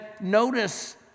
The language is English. notice